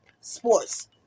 sports